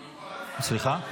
סליחה?